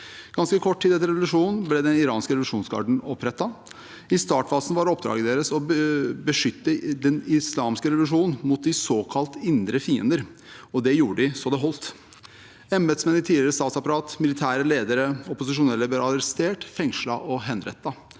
Ganske kort tid etter revolusjonen ble den iranske revolusjonsgarden opprettet. I startfasen var oppdraget deres å beskytte den islamske revolusjonen mot de såkalt indre fiender, og det gjorde de så det holdt. Embetsmenn i tidligere statsapparat, militære ledere og opposisjonelle ble arrestert, fengslet og henrettet.